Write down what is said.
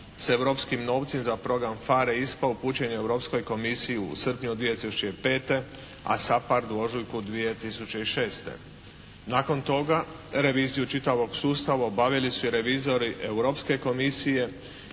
s europskim novcem za program PHARE i ISPA upućen je Europskoj komisiji u srpnju 2005. a SAPARD u ožujku 2006. Nakon toga reviziju čitavog sustava obavili su i revizori Europske komisije